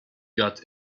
got